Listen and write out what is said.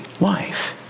life